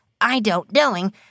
I-don't-knowing